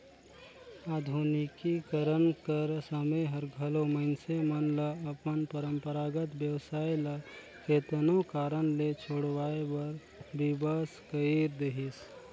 आधुनिकीकरन कर समें हर घलो मइनसे मन ल अपन परंपरागत बेवसाय ल केतनो कारन ले छोंड़वाए बर बिबस कइर देहिस